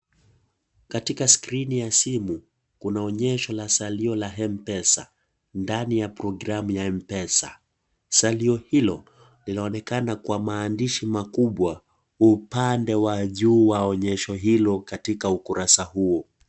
Katika skrini ya simu, kuna onyesho ya salio ya Mpesa, ndani ya programu ya Mpesa. Salio hilo linaonekana kwa maandishi makubwa upande wa juu wa onyesho hilo katika ukurasa huo.